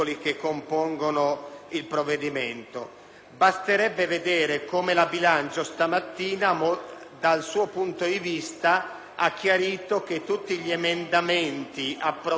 Basterebbe vedere come la Commissione bilancio stamattina, dal suo punto di vista, ha chiarito che tutti gli emendamenti approvati ieri in Commissione istruzione